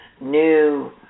new